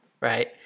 right